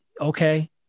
okay